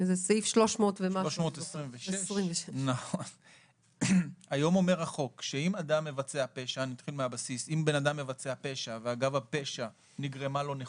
החוק אומר היום שאם אדם מבצע פשע ואגב הפשע נגרמה לו נכות,